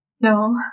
No